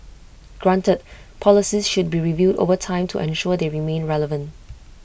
granted policies should be reviewed over time to ensure they remain relevant